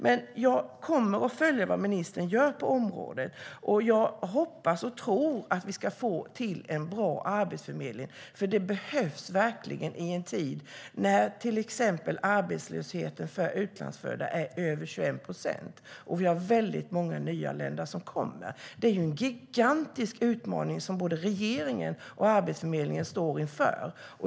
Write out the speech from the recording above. Men jag kommer att följa vad ministern gör på området. Jag hoppas och tror att vi ska få till en bra arbetsförmedling, för det behövs verkligen i en tid när till exempel arbetslösheten för utlandsfödda är över 21 procent och vi har väldigt många nyanlända. Det är en gigantisk utmaning som både regeringen och Arbetsförmedlingen står inför.